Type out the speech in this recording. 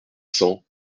cent